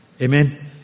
Amen